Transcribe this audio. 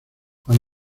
juan